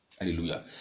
Hallelujah